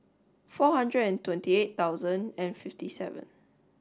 four hundred and twenty eight thousand and fifty seven